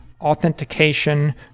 authentication